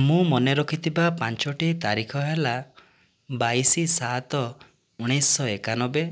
ମୁଁ ମନେ ରଖିଥିବା ପାଞ୍ଚୋଟି ତାରିଖ ହେଲା ବାଇଶ ସାତ ଉଣେଇଶହ ଏକାନବେ